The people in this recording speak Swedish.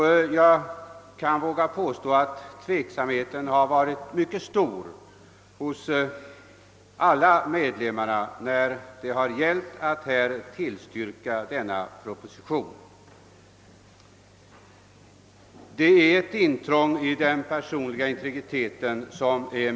Jag vågar påstå att tveksamheten varit mycket stor hos alla dess medlemmar när det gällt att tillstyrka denna proposition. Förslaget innebär ett mycket allvarligt intrång i den personliga integriteten.